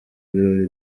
birori